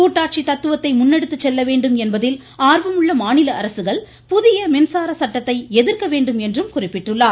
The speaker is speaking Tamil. கூட்டாட்சி தத்துவத்தை முன்னெடுத்துச்செல்ல வேண்டும் என்பதில் ஆர்வமுள்ள மாநில அரசுகள் புதிய மின்சார சட்டத்தை எதிர்க்க வேண்டும் என்று அவர் குறிப்பிட்டுள்ளார்